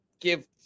give